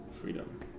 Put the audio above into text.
Freedom